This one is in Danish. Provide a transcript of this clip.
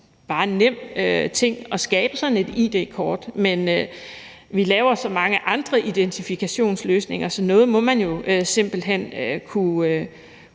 er en nem ting at skabe sådan et id-kort, men vi laver så mange andre identifikationsløsninger, så noget må man jo simpelt hen kunne